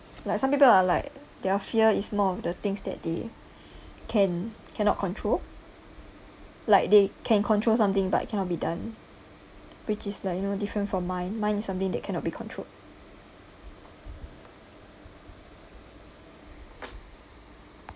like some people are like their fear is more of the things that they can cannot control like they can control something but it cannot be done which is like you know different from mine mine is something that cannot be controlled